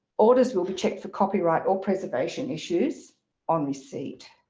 orders will be checked for copyright or preservation issues on receipt.